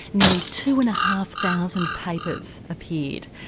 nearly two and a half thousand papers appeared.